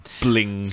bling